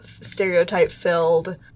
stereotype-filled